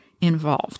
involved